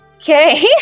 Okay